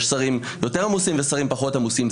יש שרים יותר עמוסים ושרים פחות עמוסים.